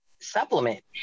supplement